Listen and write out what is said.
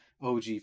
OG